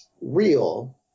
real